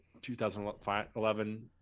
2011